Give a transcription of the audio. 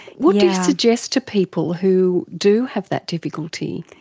what do you suggest to people who do have that difficulty?